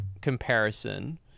comparison